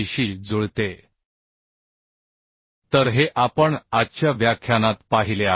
शी जुळते तर हे आपण आजच्या व्याख्यानात पाहिले आहे